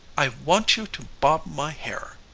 i want you to bob my hair.